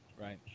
Right